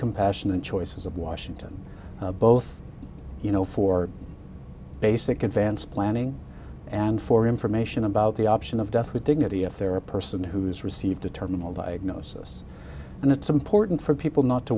compassion and choices of washington both you know for basic advance planning and for information about the option of death with dignity if they're a person who's received a terminal diagnosis and it's important for people not to